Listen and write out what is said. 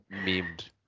memed